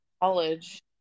college